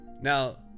Now